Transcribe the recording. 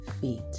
feet